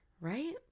Right